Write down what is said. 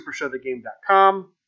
supershowthegame.com